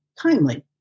timely